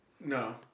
No